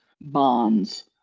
bonds